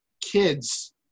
kids